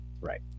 Right